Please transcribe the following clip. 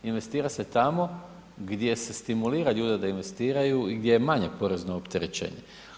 Investira se tamo gdje se stimulira ljude da investiraju i gdje je manje porezno opterećenje.